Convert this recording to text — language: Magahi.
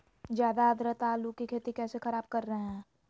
ज्यादा आद्रता आलू की खेती कैसे खराब कर रहे हैं?